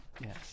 Yes